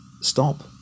Stop